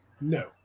No